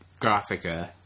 Gothica